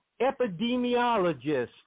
epidemiologist